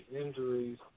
injuries